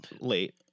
late